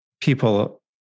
people